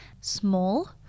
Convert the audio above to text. small